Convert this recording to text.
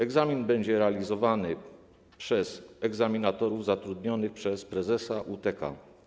Egzamin będzie realizowany przez egzaminatorów zatrudnionych przez prezesa UTK.